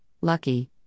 Lucky